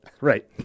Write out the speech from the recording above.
Right